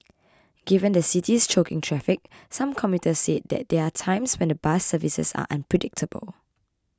given the city's choking traffic some commuters said there are times when the bus services are unpredictable